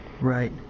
right